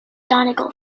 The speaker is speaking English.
donegal